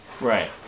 Right